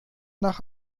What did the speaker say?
nach